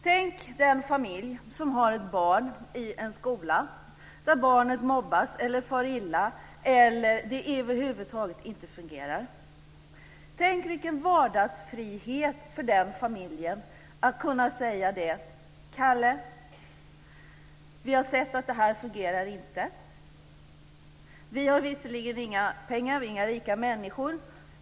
Tänk er den familj som har ett barn i en skola där barnet mobbas och far illa eller där det över huvud taget inte fungerar, vilken vardagsfrihet för den familjen att kunna säga: Kalle, vi har sett att det här inte fungerar. Vi har visserligen inga pengar. Vi är inga rika människor.